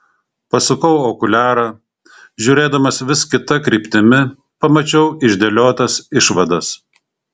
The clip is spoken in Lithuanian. pasukau okuliarą žiūrėdamas vis kita kryptimi pamačiau išdėliotas išvadas